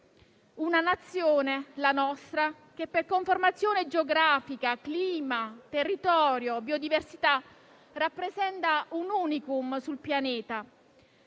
Una Nazione, la nostra, che per conformazione geografica, clima, territorio e biodiversità rappresenta un *unicum* sul pianeta.